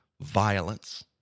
violence